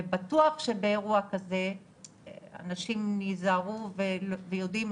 בטוח שבאירוע כזה אנשים ייזהרו ויודעים